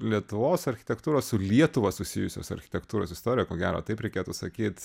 lietuvos architektūros su lietuva susijusios architektūros istorija ko gero taip reikėtų sakyt